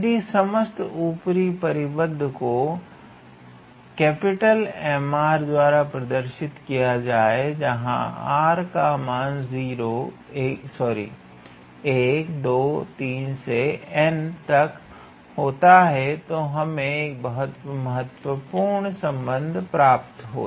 यदि समस्त ऊपरी परिबद्ध को द्वारा प्रदर्शित किया जाता है जहां r का मान 123 से 𝑛 तक होता है तो हमें एक बहुत महत्वपूर्ण संबंध प्राप्त होता है